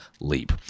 leap